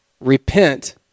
Repent